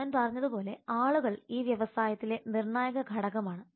ഞാൻ പറഞ്ഞതുപോലെ ആളുകൾ ഈ വ്യവസായത്തിലെ നിർണായക ഘടകമാണ്